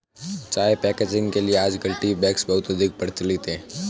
चाय पैकेजिंग के लिए आजकल टी बैग्स बहुत अधिक प्रचलित है